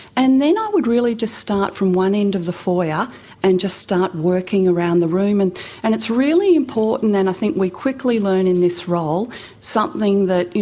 and then i would really just start from one end of the foyer and just start working around the room. and and it's really important and i think we quickly learn in this role is something that, you